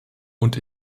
und